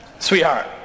Sweetheart